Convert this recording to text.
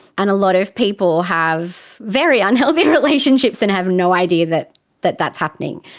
and a lot of people have very unhealthy relationships and have no idea that that that's happening.